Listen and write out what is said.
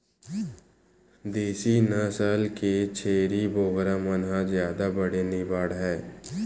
देसी नसल के छेरी बोकरा मन ह जादा बड़े नइ बाड़हय